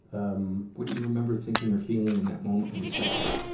um what do you remember thinking or feeling in that moment when he said that?